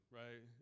right